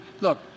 Look